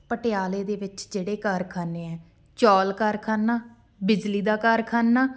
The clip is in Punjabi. ਪਟਿਆਲੇ ਦੇ ਵਿੱਚ ਜਿਹੜੇ ਕਾਰਖਾਨੇ ਹੈ ਚੌਲ ਕਾਰਖਾਨਾ ਬਿਜਲੀ ਦਾ ਕਾਰਖਾਨਾ